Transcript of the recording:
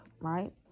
right